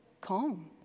calm